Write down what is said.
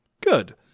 Good